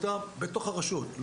בתוך הרשות,